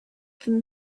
them